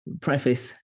preface